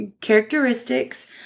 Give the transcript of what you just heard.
Characteristics